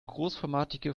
großformatige